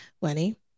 Lenny